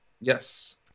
Yes